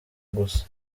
gusa